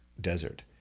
desert